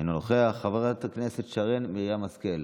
אינו נוכח, חברת הכנסת שרן מרים השכל,